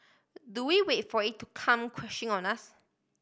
do we wait for it to come crashing on us